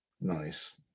Nice